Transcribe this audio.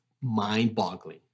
mind-boggling